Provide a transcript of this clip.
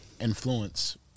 influence